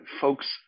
folks